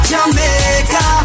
Jamaica